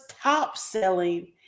top-selling